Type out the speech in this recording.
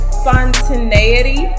spontaneity